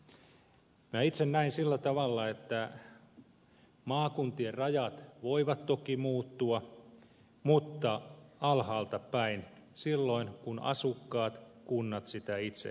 minä itse näen sillä tavalla että maakuntien rajat voivat toki muuttua mutta alhaalta päin silloin kun asukkaat kunnat sitä itse haluavat